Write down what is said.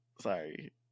sorry